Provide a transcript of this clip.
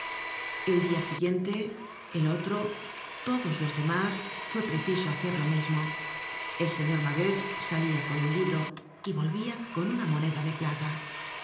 el dia siguiente el otro todos los demás fue preciso hacer lo mismo el señor mabeuf salia con un libro y volvia con una moneda de plata